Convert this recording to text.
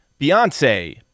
Beyonce